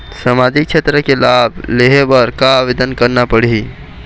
सामाजिक क्षेत्र के लाभ लेहे बर का आवेदन करना पड़ही?